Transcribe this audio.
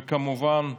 וכמובן,